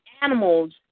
animals